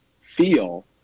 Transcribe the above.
feel